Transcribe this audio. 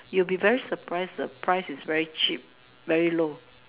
you will be very surprise the price is very cheap very low